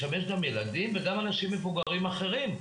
גם ילדים וגם אנשים מבוגרים אחרים.